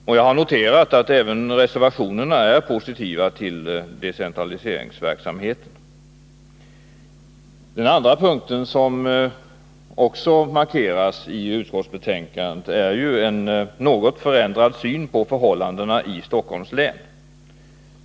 Jag har således noterat att även reservationerna är positiva till decentraliseringsverksamheten. Den andra punkten, som också markeras i utskottets betänkande, är en förändrad syn på förhållandena i Stockholms län.